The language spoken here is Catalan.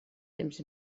temps